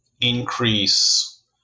increase